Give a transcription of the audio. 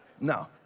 no